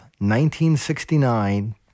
1969